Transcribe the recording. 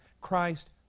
Christ